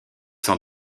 sans